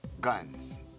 guns